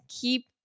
keep